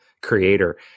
creator